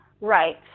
Right